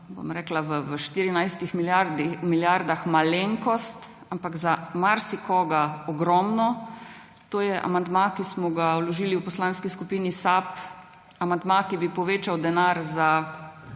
štirinajstih milijardah malenkost, ampak za marsikoga ogromno. To je amandma, ki smo ga vložili v Poslanski skupini SAB, amandma, ki bi povečal denar za